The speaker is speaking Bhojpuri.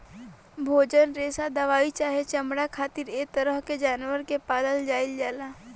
भोजन, रेशा दवाई चाहे चमड़ा खातिर ऐ तरह के जानवर के पालल जाइल जाला